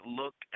look